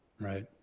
Right